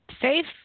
safe